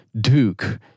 Duke